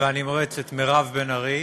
והנמרצת מירב בן ארי.